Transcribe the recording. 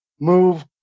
move